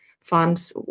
funds